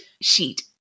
sheet